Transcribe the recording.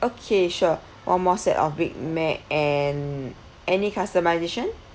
okay sure one more set of big mac and any customization